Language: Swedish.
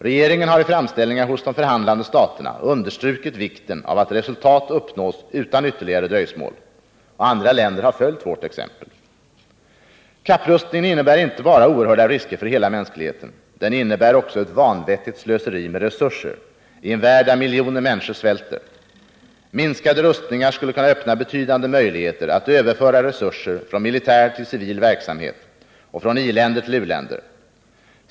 Regeringen har i framställningar hos de förhandlande staterna understrukit vikten av att resultat uppnås utan ytterligare dröjsmål. Andra länder har följt vårt exempel. Kapprustningen innebär inte bara oerhörda risker för hela mänskligheten. Den innebär också ett vanvettigt slöseri med resurser i en värld där miljoner människor svälter. Minskade rustningar skulle kunna öppna betydande möjligheter att överföra resurser från militär till civil verksamhet och från iländer till u-länder.